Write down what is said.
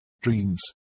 dreams